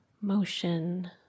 motion